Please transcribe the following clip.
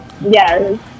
Yes